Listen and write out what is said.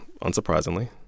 unsurprisingly